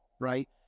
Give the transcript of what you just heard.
right